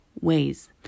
ways